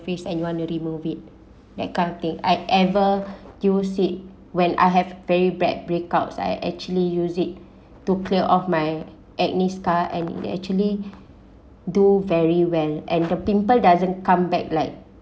face and you want to remove it that kind of thing I ever use it when I have very bad breakouts I actually use it to clear off my acne scar and they actually do very well and the pimple doesn't come back like